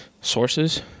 sources